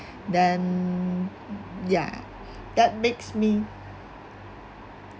then ya that makes me